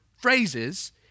phrases